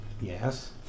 Yes